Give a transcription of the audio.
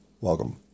welcome